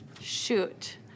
Shoot